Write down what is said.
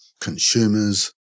consumers